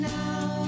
now